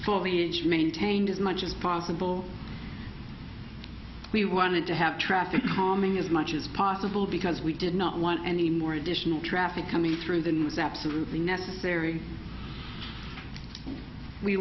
hedge maintained as much as possible we wanted to have traffic calming as much as possible because we did not want any more additional traffic coming through than was absolutely necessary we